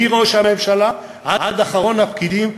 מראש הממשלה עד אחרון הפקידים,